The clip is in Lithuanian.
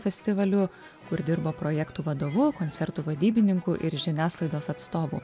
festivaliu kur dirba projektų vadovu koncertų vadybininku ir žiniasklaidos atstovu